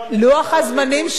שלומציון נכנסו לליכוד.